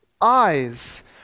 eyes